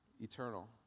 eternal